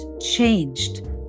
changed